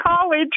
college